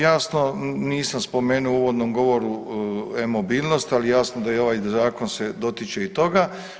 Jasno, nisam spomenuo u uvodnom govoru e-mobilnost, ali jasno da i ovaj zakon se dotiče i toga.